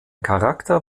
charakter